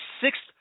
sixth